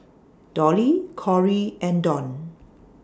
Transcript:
Dolly Kory and Dawn